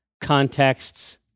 contexts